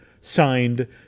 signed